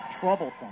troublesome